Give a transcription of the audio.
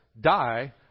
die